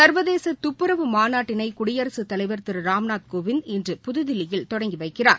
சர்வதேச துப்புரவு மாநாட்டினை குடியரசுத் தலைவர் திரு ராம்நாத் கோவிந்த் இன்று புதுதில்லியில் தொடங்கி வைக்கிறார்